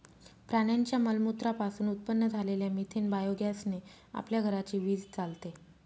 प्राण्यांच्या मलमूत्रा पासून उत्पन्न झालेल्या मिथेन बायोगॅस ने आपल्या घराची वीज चालते